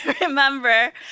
remember